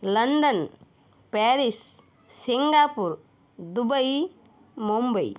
London Paris Singapore Dubai Mumbai